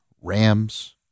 Rams